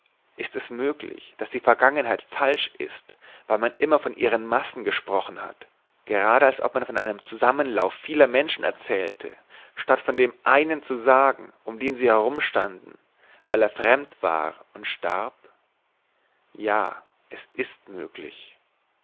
ist es möglich daß die vergangenheit falsch ist weil man immer von ihren massen gesprochen hat gerade als ob man von einem zusammenlauf vieler menschen erzählte statt von dem einen zu sagen um den sie herumstanden weil er fremd war und starb ja es ist möglich